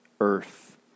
earth